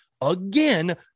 again